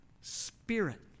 spirit